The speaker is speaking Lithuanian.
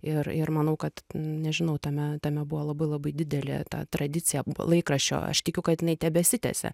ir ir manau kad nežinau tame tame buvo labai labai didelė ta tradicija laikraščio aš tikiu kad jinai tebesitęsia